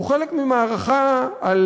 הוא חלק ממערכה על